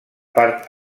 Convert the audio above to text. part